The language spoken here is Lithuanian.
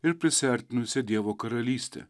ir prisiartinusią dievo karalystę